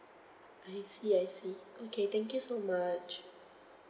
I see I see okay thank you so much